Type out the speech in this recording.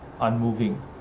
unmoving